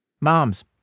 Moms